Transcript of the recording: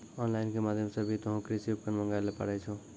on line के माध्यम से भी तोहों कृषि उपकरण मंगाय ल पारै छौ